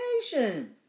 patient